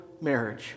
marriage